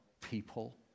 people